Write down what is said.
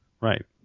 Right